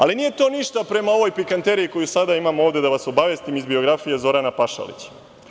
Ali, nije to ništa prema ovoj pikanteriji koju sada imamo ovde, da vas obavestim, iz biografije Zorana Pašalića.